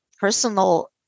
personal